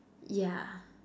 yeah